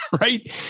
right